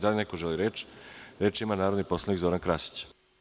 Da li neko želi reč? (Da) Reč ima narodni poslanik Zoran Krasić.